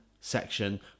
section